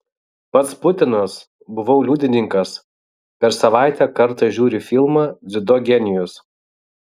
pats putinas buvau liudininkas per savaitę kartą žiūri filmą dziudo genijus